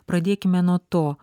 pradėkime nuo to